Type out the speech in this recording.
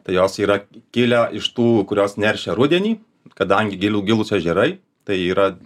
tai jos yra kilę iš tų kurios neršia rudenį kadangi giliu gilūs ežerai tai yra